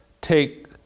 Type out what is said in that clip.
take